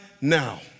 now